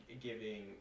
giving